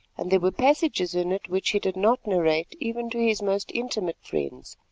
and there were passages in it which he did not narrate even to his most intimate friends.